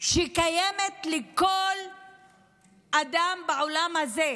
שקיימת לכל אדם בעולם הזה,